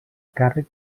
càrrec